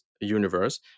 universe